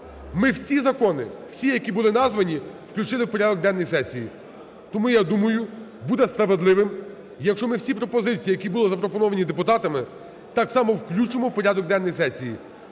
ми всі закони, всі, які були названі, включили в порядок денний сесії. Тому, я думаю, буде справедливим, якщо ми всі пропозиції, які були запропоновані депутатами, так само включимо в порядок денний сесії.